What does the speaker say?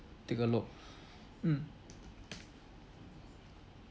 take a look mm